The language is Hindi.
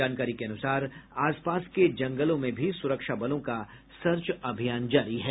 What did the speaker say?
जानकारी के अनुसार आसपास के जंगलों में भी सुरक्षा बलों का सर्च अभियान जारी है